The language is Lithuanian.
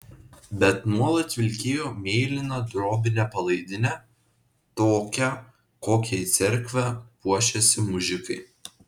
bet nuolat vilkėjo mėlyną drobinę palaidinę tokią kokia į cerkvę puošiasi mužikai